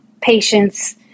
patience